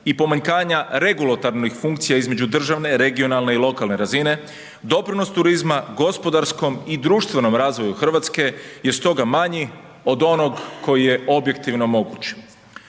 i pomanjkanja regulativnih funkcija između državne, regionalne i lokalne razine doprinos turizma gospodarskom i društvenom razvoju RH je stoga manji od onog koji je objektivno moguć.